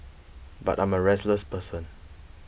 but I'm a restless person